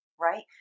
right